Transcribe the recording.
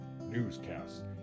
newscasts